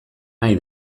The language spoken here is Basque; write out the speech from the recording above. nahi